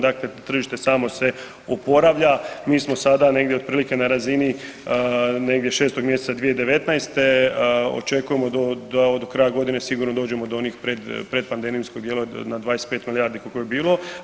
Dakle, tržište samo se oporavlja i mi smo sada negdje otprilike na razini negdje 6. mjeseca 2019., očekujemo da do kraja godine sigurno do onih pred pandemijskog dijela na 25 milijardi koliko je bilo.